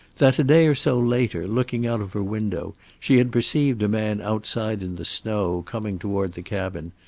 that, a day or so later, looking out of her window, she had perceived a man outside in the snow coming toward the cabin,